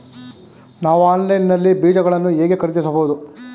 ನಾವು ಆನ್ಲೈನ್ ನಲ್ಲಿ ಬೀಜಗಳನ್ನು ಹೇಗೆ ಖರೀದಿಸಬಹುದು?